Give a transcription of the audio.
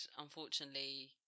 unfortunately